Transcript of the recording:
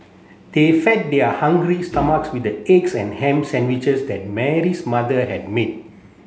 they fed their hungry stomachs with the eggs and ham sandwiches that Mary's mother had made